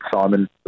Simon